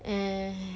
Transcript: uh